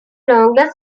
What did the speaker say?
longest